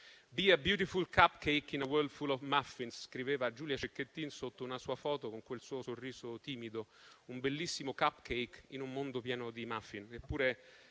*Be a beautiful cupcake in a world full of muffin*, scriveva Giulia Cecchettin sotto una sua foto, con quel suo sorriso timido; un bellissimo *cupcake* in un mondo pieno di *muffin*.